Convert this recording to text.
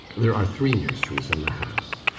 there are three nurseries in the house.